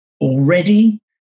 already